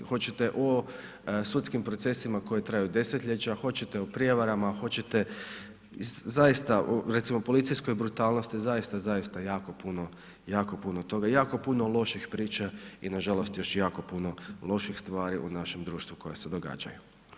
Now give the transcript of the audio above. Hoćete o sudskim procesima koji traju desetljeća, hoćete o prijevarama, hoćete zaista o recimo policijskoj brutalnosti, zaista, zaista jako puno toga i jako puno loših priča i nažalost još jako puno loših stvari u našem društvu koja se događaju.